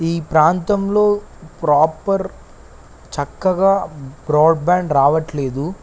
ఈ ప్రాంతంలో ప్రాపర్ చక్కగా బ్రాడ్బ్యాండ్ రావట్లేదు